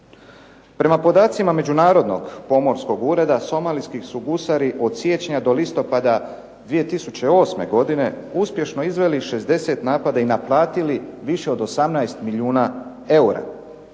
Prema podacima međunarodnog pomorskog ureda somalijski su gusari od siječnja do listopada 2008. godine uspješno izveli 60 napada i naplatili više od 18 milijuna eura,